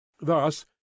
Thus